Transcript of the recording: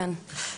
כן.